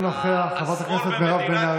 כגון בחירות כלליות לכנסת בתוך התקופה שבין